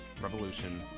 Revolution